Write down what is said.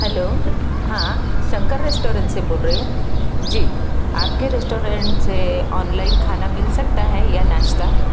hello हाँ Shankar restaurant से बोल रहे हैं जी आपके रेस्टोरेंट से ऑनलाइन खाना मिल सकता है या नाश्ता